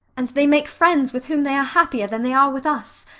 and they make friends with whom they are happier than they are with us,